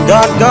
God